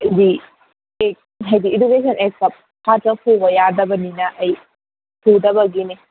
ꯍꯥꯏꯗꯤ ꯍꯥꯏꯗꯤ ꯏꯗꯨꯀꯦꯁꯟ ꯑꯦꯁꯇ ꯁꯥꯠꯇ꯭ꯔ ꯐꯨꯕ ꯌꯥꯗꯕꯅꯤꯅ ꯑꯩ ꯐꯨꯗꯕꯒꯤꯅꯤ